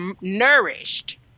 nourished